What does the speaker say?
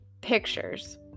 pictures